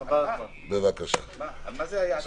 התשפ"א 2020,